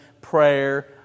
prayer